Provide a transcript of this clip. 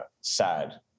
sad